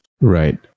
Right